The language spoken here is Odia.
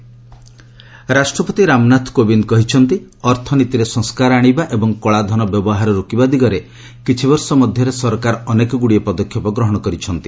ପ୍ରେକ ଫାଇନାନ୍ନିଆଲ ସିଷ୍ଟମ ରାଷ୍ଟପ୍ରତି ରାମନାଥ କୋବିନ୍ଦ କହିଛନ୍ତି ଅର୍ଥନୀତିରେ ସଂସ୍କାର ଆଣିବା ଏବଂ କଳାଧନ ବ୍ୟବହାର ରୋକିବା ଦିଗରେ କିଛି ବର୍ଷ ମଧ୍ୟରେ ସରକାର ଅନେକଗୁଡ଼ିଏ ପଦକ୍ଷେପ ଗ୍ରହଣ କରିଛନ୍ତି